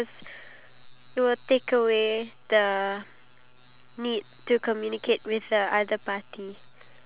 okay for this week then I feel like the most impressive thing that both of us has done is actually saved up up to five hundred